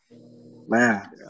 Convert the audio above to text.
Man